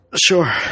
Sure